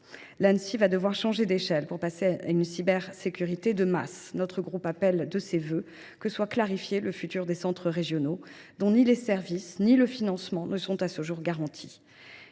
l’Anssi va devoir changer d’échelle pour passer à une cybersécurité de masse. Notre groupe souhaite, à cet égard, que soit clarifié l’avenir des centres régionaux, dont ni les services ni le financement ne sont à ce jour garantis.